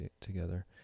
together